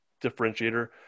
differentiator